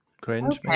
cringe